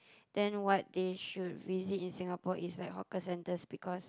then what they should visit in Singapore is like hawker centres because